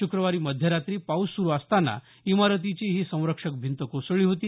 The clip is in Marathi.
शुक्रवारी मध्यरात्री पाऊस सुरू असताना इमारतीची ही संरक्षक भिंत कोसळली होती